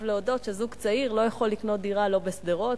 להודות שזוג צעיר לא יכול לקנות דירה לא בשדרות,